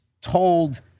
told